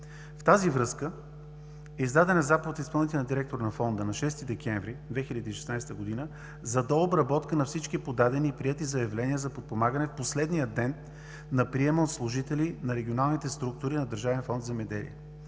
В тази връзка е издадена заповед от изпълнителния директор на Фонда на 6 декември 2016 г. за дообработка на всички подадени и приети заявления за подпомагане в последния ден на приема от служители на регионалните структури на Държавен фонд „Земеделие“,